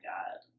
God